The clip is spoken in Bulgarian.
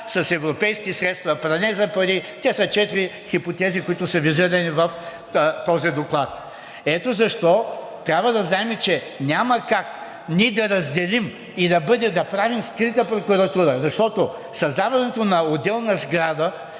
с европейски средства – пране на пари... Те са четири хипотези, които са визирани в този доклад. Ето защо трябва да знаем, че няма как ние да разделим и да правим скрита прокуратура, защото създаването на отделна сграда,